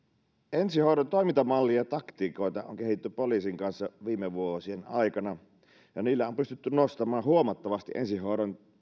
ensihoidon toimintamalleja ja taktiikoita on kehitetty poliisin kanssa viime vuosien aikana ja niillä on pystytty nostamaan huomattavasti ensihoidon